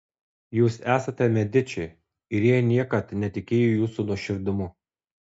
jūs esate mediči ir jie niekad netikėjo jūsų nuoširdumu